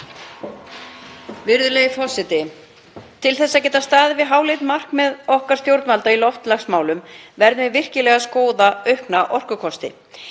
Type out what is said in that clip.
Virðulegi forseti. Til þess að geta staðið við háleit markmið okkar stjórnvalda í loftslagsmálum verðum við virkilega að skoða fleiri orkukosti.